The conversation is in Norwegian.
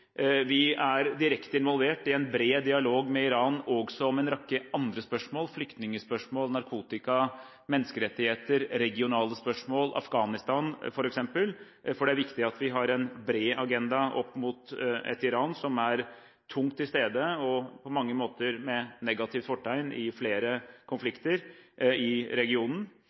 en bred dialog med Iran også om en rekke andre spørsmål: flyktningspørsmål, narkotika, menneskerettigheter, regionale spørsmål, Afghanistan, f.eks., for det er viktig at vi har en bred agenda opp mot et Iran som er tungt til stede – og på mange måter med negativt fortegn – i flere konflikter i regionen.